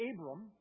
Abram